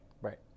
Right